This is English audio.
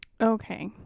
Okay